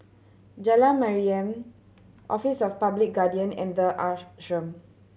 Jalan Mariam Office of Public Guardian and The Ashram